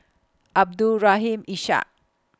Abdul Rahim Ishak